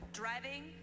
driving